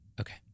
Okay